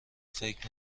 فکر